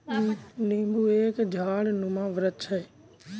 नींबू एक झाड़नुमा वृक्ष है